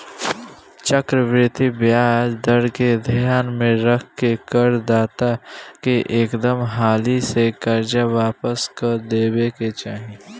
चक्रवृद्धि ब्याज दर के ध्यान में रख के कर दाता के एकदम हाली से कर्जा वापस क देबे के चाही